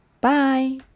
bye